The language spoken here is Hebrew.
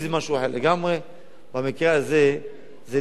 במקרה הזה, זה לא עניין בכלל דתי, לא דתי.